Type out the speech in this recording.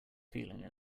feeling